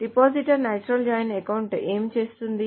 depositor natural join account ఏమి చేస్తుంది